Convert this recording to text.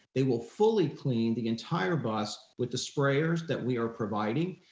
they will fully cleaned the entire bus with the sprayers that we are providing,